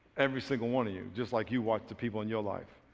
every single one of you just like you watched the people in your life.